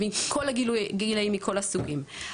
למחלימים מכל הגילאים ומכל הסוגים.